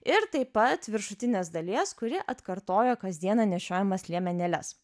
ir taip pat viršutinės dalies kuri atkartojo kasdieną nešiojamas liemenėles